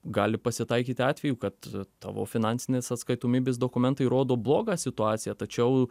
gali pasitaikyt atvejų kad tavo finansinės atskaitomybės dokumentai rodo blogą situaciją tačiau